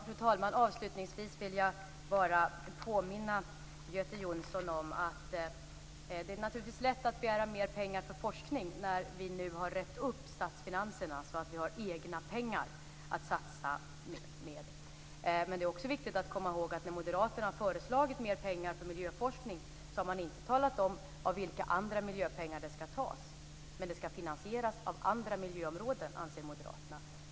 Fru talman! Avslutningsvis vill jag bara påminna Göte Jonsson om att det naturligtvis är lätt att begära mer pengar till forskning när vi nu har rett upp statsfinanserna så att vi har egna pengar att satsa. Men det är också viktigt att komma ihåg, att när moderaterna har föreslagit mer pengar till miljöforskning har man inte talat om av vilka andra miljöpengar de skall tas. Men detta skall finansieras av andra miljöområden, anser moderaterna.